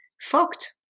fucked